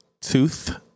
Tooth